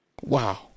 Wow